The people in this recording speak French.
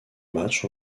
matchs